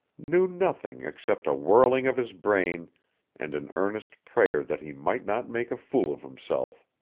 knew nothing except a whirling of his brain and an earnest prayer that he might not make a fool of himself.